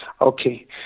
Okay